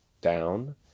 down